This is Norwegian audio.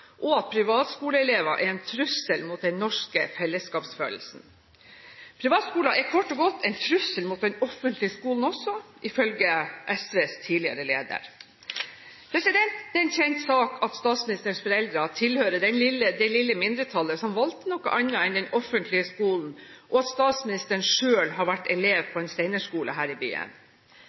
og at privatskoleelever er en trussel mot den norske fellesskapsfølelsen. Privatskoler er kort og godt en trussel mot den offentlige skolen også, ifølge SVs tidligere leder. Det er en kjent sak at statsministerens foreldre tilhører det lille mindretallet som valgte noe annet enn den offentlige skolen, og at statsministeren selv har vært elev på en steinerskole her i byen.